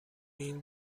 این